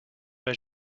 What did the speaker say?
pas